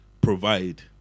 provide